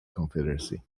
confederacy